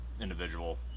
individual